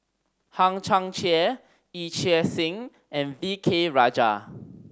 Hang Chang Chieh Yee Chia Hsing and V K Rajah